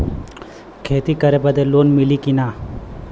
खेती करे बदे लोन मिली कि ना?